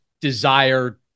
desire